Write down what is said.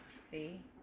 See